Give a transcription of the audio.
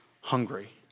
hungry